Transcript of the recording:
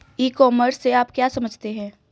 ई commerce से आप क्या समझते हैं?